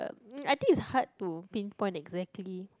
but uh I think is hard to pin point exactly